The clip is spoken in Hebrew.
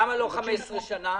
למה לא 15 שנה?